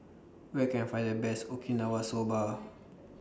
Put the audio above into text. Where Can I Find The Best Okinawa Soba